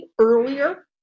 earlier